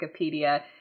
Wikipedia